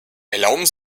erlauben